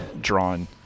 drawn